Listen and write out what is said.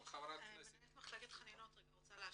מנהלת מחלקת חנינות רוצה להשלים.